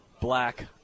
Black